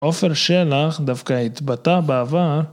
עופר שלח, דווקא התבטא בעבר